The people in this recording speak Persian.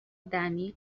دنی